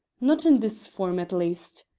not in this form, at least.